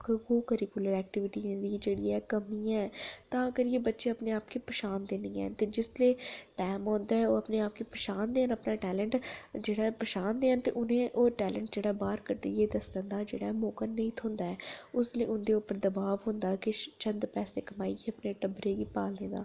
co-curricular एक्टिविटियें दी जेह्ड़ी ऐ कमी ऐ तां करियै बच्चे अपने आप गी पछान दे निं ऐन ते जिसलै ट होंदा ओह् अपने आप गी पंछानदे न ओह् अपना टैलेंट जेह्ड़ा ऐ पन्छानदे न ओह् जेह्ड़ा बाह्र कड्ढी दस्सने दा जेह्ड़ा ऐ मौका नेईं थ्होंदा ऐ उसले उं'दे उप्पर दवाब होंदा ऐ किश चंद पैसे कमाइयै अपने टब्बरै गी पालने दा